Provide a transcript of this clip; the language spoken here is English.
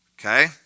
Okay